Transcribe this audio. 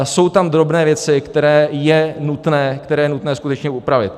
Jsou tam drobné věci, které je nutné, které je nutné skutečně opravit.